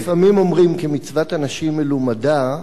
לפעמים אומרים כמצוות אנשים מלומדה: